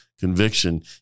conviction